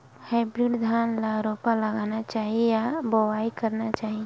Hybrid धान ल रोपा लगाना चाही या बोआई करना चाही?